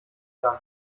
dann